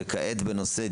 וכעת בנושא,